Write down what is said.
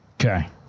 okay